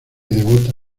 devota